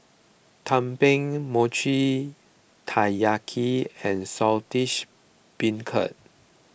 Tumpeng Mochi Taiyaki and Saltish Beancurd